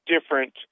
different